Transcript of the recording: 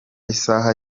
isaha